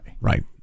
Right